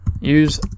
use